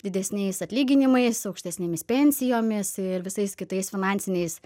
didesniais atlyginimais aukštesnėmis pensijomis ir visais kitais finansiniais